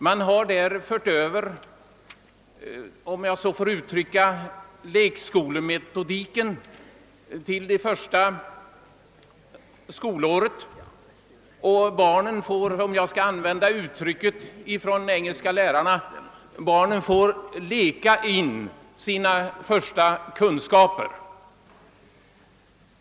Man har där överfört lekskolemetodiken, om jag så får uttrycka det, till det första skolåret, och barnen får leka in sina första kunskaper, för att använda de engelska lärarnas eget uttryck.